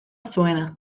zuena